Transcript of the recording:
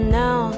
now